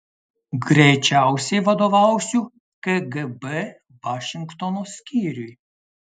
greičiausiai vadovausiu kgb vašingtono skyriui